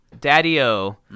daddy-o